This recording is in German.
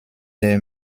der